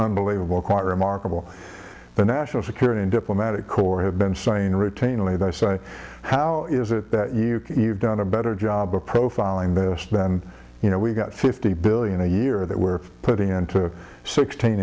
unbelievable quite remarkable the national security and diplomatic corps have been saying routinely they say how it is that you've done a better job of profiling this then you know we got fifty billion a year that we're putting into the sixteen